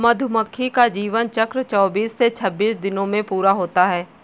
मधुमक्खी का जीवन चक्र चौबीस से छब्बीस दिनों में पूरा होता है